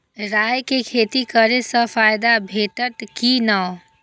राय के खेती करे स फायदा भेटत की नै?